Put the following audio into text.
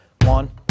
one